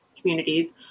communities